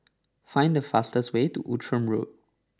find the fastest way to Outram Road